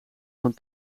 van